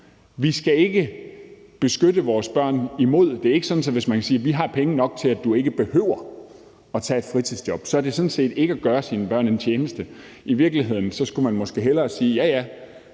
Vi skal ikke beskytte vores børn imod det. Det er ikke sådan, at man, hvis man kan sige, at man har penge nok til, at ens barn ikke behøver at tage et fritidsjob, så gør sit barn en tjeneste. I virkeligheden skulle man måske hellere sige: Vi har